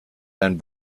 and